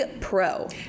Pro